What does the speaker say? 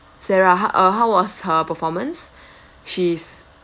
sarah how uh how was her performance she's